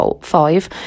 five